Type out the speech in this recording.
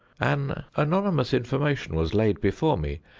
an anonymous information was laid before me,